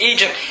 Egypt